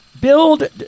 build